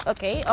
Okay